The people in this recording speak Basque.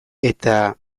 eta